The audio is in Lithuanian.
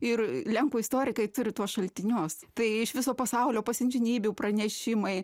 ir lenkų istorikai turi tuos šaltinius tai iš viso pasaulio pasiuntinybių pranešimai